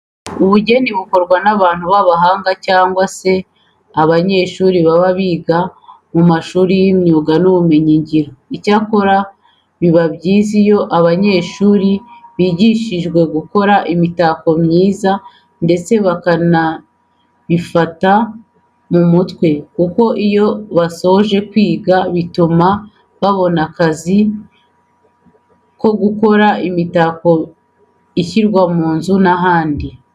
Ubugeni bukorwa n'abantu b'abahanga cyangwa se abanyeshuri baba biga mu mashuri y'imyuga n'ubumenyingiro. Icyakora biba byiza iyo aba banyeshuri bigishijwe gukora imitako myiza ndetse bakanabifata mu mutwe kuko iyo basoje kwiga bituma babona akazi ko gukora imitako ishyirwa mu mazu n'ahandi.